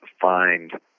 find